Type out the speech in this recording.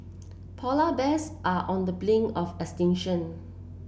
polar bears are on the blink of extinction